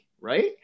right